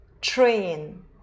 Train